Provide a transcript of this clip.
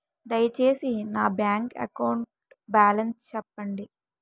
దయచేసి నా bank account balance చెప్పండి